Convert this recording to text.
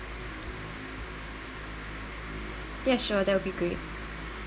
yes sure that would be great